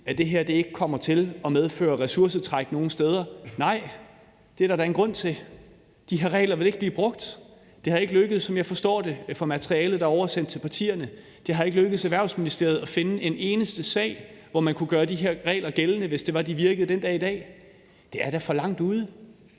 at det her ikke kommer til at medføre ressourcetræk nogen steder, vil jeg sige: Nej, og det er der da en grund til. De her regler vil ikke blive brugt. Det er, som jeg forstår det af materialet, der er oversendt til partierne, ikke lykkedes Erhvervsministeriet at finde en eneste sag, hvor man kunne gøre de her regler gældende, hvis det var, de virkede den dag i dag. Det er da for langt ude.